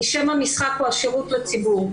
שם המשחק הוא השירות לציבור.